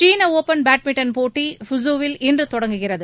சீன open badminton போட்டி ஃபுகுவில் இன்று தொடங்குகிறது